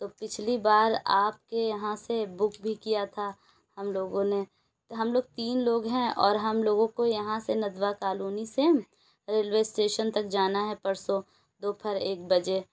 تو پچھلی بار آپ کے یہاں سے بک بھی کیا تھا ہم لوگوں نے تو ہم لوگ تین لوگ ہیں اور ہم لوگوں کو یہاں سے ندوہ کالونی سے ریلوے اسٹیشن تک جانا ہے پرسوں دوپہر ایک بجے